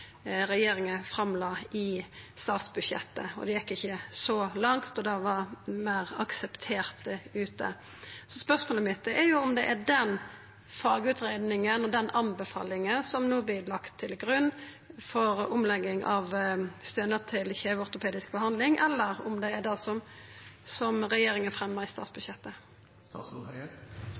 regjeringa la fram i statsbudsjettet – det gjekk ikkje så langt, og det var meir akseptert ute. Spørsmålet mitt er om det er den fagutgreiinga og den anbefalinga som no vert lagd til grunn for omlegging av stønad til kjeveortopedisk behandling, eller om det er det som regjeringa fremja i statsbudsjettet.